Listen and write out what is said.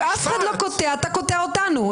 אף אחד לא קוטע, אתה קוטע אותנו.